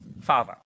Father